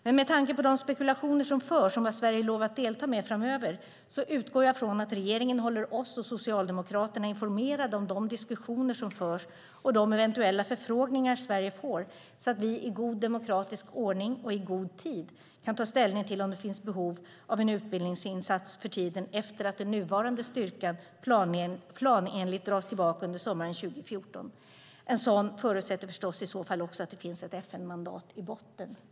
Med tanke på de spekulationer som förs om vad Sverige lovat delta med framöver utgår jag från att regeringen håller oss och Socialdemokraterna informerade om de diskussioner som förs och de eventuella förfrågningar Sverige får så att vi i god demokratisk ordning - och i god tid - kan ta ställning till om det finns behov av en utbildningsinsats för tiden efter att den nuvarande svenska styrkan planenligt dras tillbaka under sommaren 2014. En sådan förutsätter förstås i så fall också att det finns ett FN-mandat i botten.